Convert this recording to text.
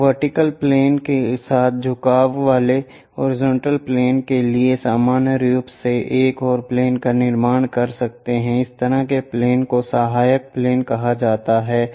हम vertical plane के साथ झुकाव वाले हॉरिजॉन्टल प्लेन के लिए सामान्य रूप से एक और प्लेन का निर्माण कर सकते हैं इस तरह के प्लेन को सहायक प्लेन कहा जाता है